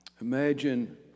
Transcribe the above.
imagine